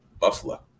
Buffalo